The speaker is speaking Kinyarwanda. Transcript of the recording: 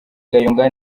kayonga